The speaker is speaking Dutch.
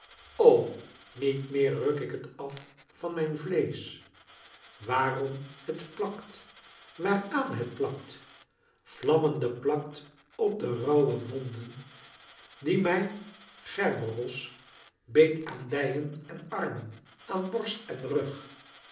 o niet meer ruk ik het af van mijn vleesch waarom het plakt waaraan het plakt vlammende plakt op de rauwe wonden die mij kerberos beet aan dijen en armen aan borst en rug